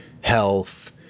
health